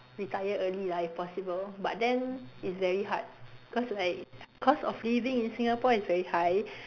retire early lah if possible but then it's very hard cause like cost of living in Singapore is very high